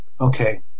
Okay